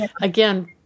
Again